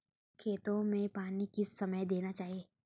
खेतों में पानी किस समय देना चाहिए?